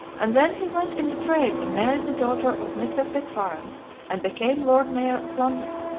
and then he went into trade and married the daughter of mr. fitzwarren and became lord mayor of london,